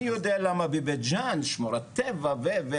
אני יודע למה בבית ג'ן שמורת טבע ו..